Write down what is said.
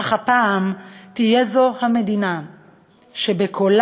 אך הפעם תהיה זו המדינה שבקולה-שלה